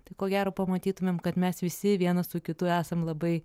tai ko gero pamatytumėm kad mes visi vienas su kitu esam labai